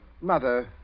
Mother